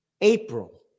April